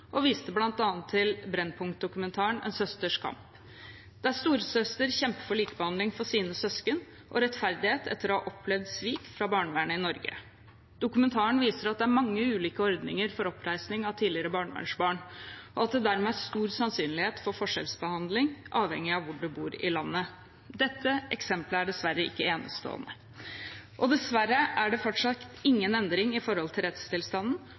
og viste bl.a. til Brennpunkt-dokumentaren «En søsters kamp», der storesøster kjemper for likebehandling for sine søsken og rettferdighet etter å ha opplevd svik fra barnevernet i Norge. Dokumentaren viser at det er mange ulike ordninger for oppreisning av tidligere barnevernsbarn, og at det dermed er stor sannsynlighet for forskjellsbehandling avhengig av hvor en bor i landet. Dette eksemplet er dessverre ikke enestående. Dessverre er det fortsatt ingen endring i rettstilstanden,